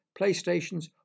Playstations